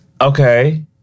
okay